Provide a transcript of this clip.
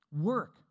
Work